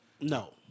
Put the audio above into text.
No